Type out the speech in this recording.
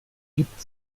gibt